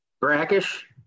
brackish